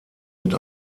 mit